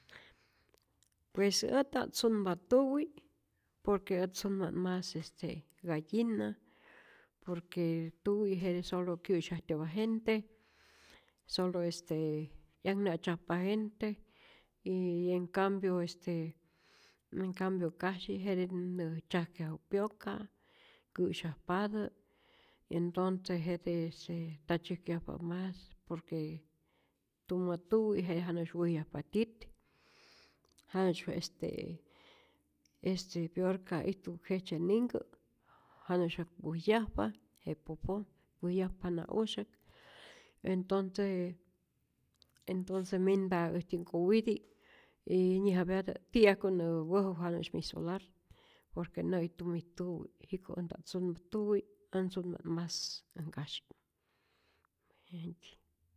Pues ät nta't sunpa tuwi' por que ät sunpa't mas este gallinas, por que tuwi' jete solo kyä'syajtyo'pa gente, solo este 'yaknatzjapa gente y en cambio este en cambio kasyi jete minä tzyajkyaju pyoka', nkä'syajpatä', entonce jete este nta tzyäjkyajpa mas, por que tumä tuwi' jete janu'sy wäjyajpa tyit, janu'sy este este pyor ka ijtu jejtzye ninhkä janu'syak wäjyajpa je popó, wäjyajpa jana'usyak, entonce entonce minpa äjtyä nkowiti' y nyäjapyatä ti'yajku nä wäju janu'sy mi solar por que nä'ijtumij tuwi', jiko äj nta't sunpa tuwi, äj sunpa't mas äj nkasyi.